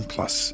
Plus